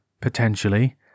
potentially